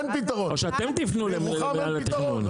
אתם לא נותנים פתרון, אין פתרון.